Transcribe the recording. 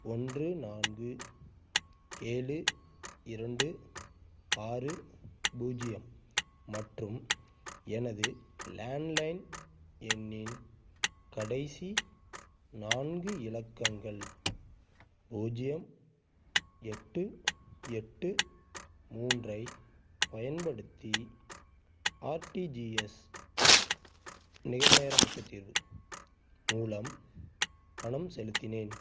ஒன்று நான்கு ஏழு இரண்டு ஆறு பூஜ்ஜியம் மற்றும் எனது லேண்ட் லைன் எண்ணின் கடைசி நான்கு இலக்கங்கள் பூஜ்ஜியம் எட்டு எட்டு மூன்றை பயன்படுத்தி ஆர்டிஜிஎஸ் நிகழ்நேர மொத்த தீர்வு மூலம் பணம் செலுத்தினேன்